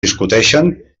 discuteixen